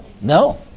No